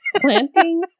planting